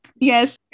Yes